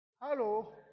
Hello